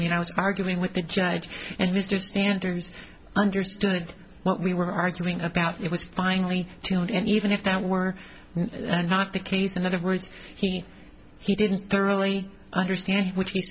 mean i was arguing with the judge and mr sanders understood what we were arguing about it was finally and even if that were not the case in other words he he didn't thoroughly understand which he